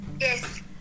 Yes